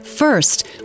First